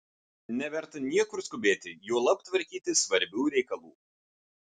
neverta niekur skubėti juolab tvarkyti svarbių reikalų